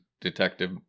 detective